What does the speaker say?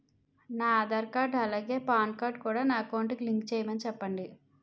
నా ఆధార్ కార్డ్ అలాగే PAN card కూడా నా అకౌంట్ కి లింక్ చేయమని చెప్పండి